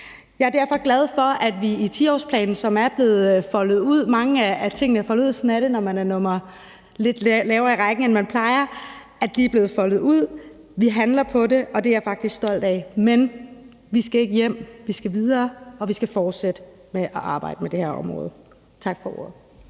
Jeg er derfor glad for, at vi i 10-årsplanen, hvor mange af tingene er blevet foldet ud – det er sagt, men sådan er det, når man er lidt længere nede i rækken, end man plejer – handler på det. Det er jeg faktisk stolt af, men vi skal ikke blive dér; vi skal videre, og vi skal fortsætte med at arbejde med det her område. Tak for ordet.